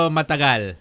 matagal